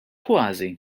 kważi